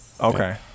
Okay